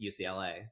UCLA